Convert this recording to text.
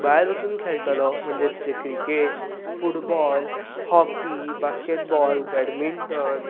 भायर वचून खेळटलो म्हणजे ते क्रिकेट फुटबाॅल हॉकी आनी बास्केट बाॅल बेडमिंटन